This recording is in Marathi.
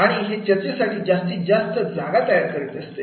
आणि हे चर्चेसाठी जास्तीत जास्त जागा तयार करीत असते